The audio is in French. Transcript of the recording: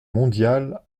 mondiale